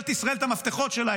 לממשלת ישראל את המפתחות שלה,